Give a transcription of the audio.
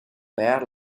bare